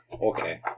Okay